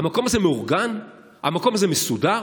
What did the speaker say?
המקום הזה מאורגן, המקום הזה מסודר,